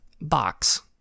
box